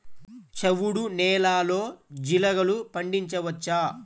చవుడు నేలలో జీలగలు పండించవచ్చా?